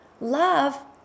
Love